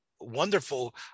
wonderful